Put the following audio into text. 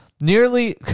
nearly